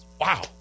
Wow